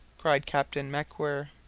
cried captain macwhirr.